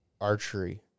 archery